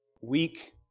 weak